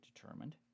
determined